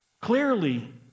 clearly